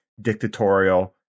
dictatorial